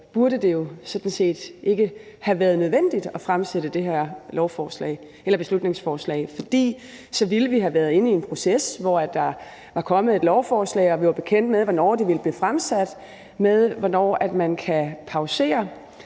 burde det jo sådan set ikke have været nødvendigt at fremsætte det her beslutningsforslag, for så ville vi have været inde i en proces, hvor der var kommet et lovforslag – og hvor vi var bekendt med, hvornår det ville blive fremsat – om, hvornår man kan pausere